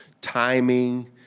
timing